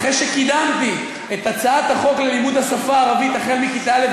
אחרי שקידמתי את הצעת החוק ללימוד השפה הערבית החל מכיתה א',